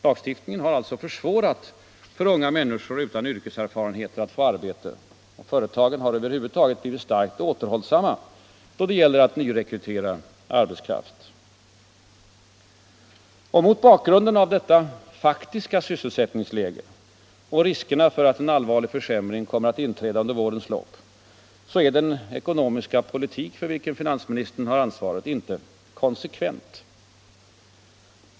Lagstiftningen har alltså försvårat för unga människor utan yrkeserfarenheter att få arbete. Företagen har över huvud taget blivit starkt återhållsamma då det gäller att nyrekrytera arbetskraft. Mot bakgrunden av det faktiska sysselsättningsläget och riskerna för att en allvarlig försämring kommer att inträda under vårens lopp, är den ekonomiska politiken — för vilken finansministern har ansvaret — inte konsekvent.